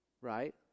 right